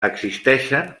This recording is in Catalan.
existeixen